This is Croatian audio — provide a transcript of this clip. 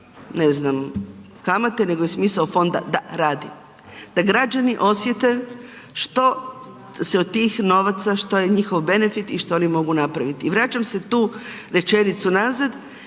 ne znam kamate, nego je smisao fonda da radi. Da građani osjete što se od tih novaca, što je njihov benefit i što oni mogu napraviti. I vraćam se tu rečenicu nazad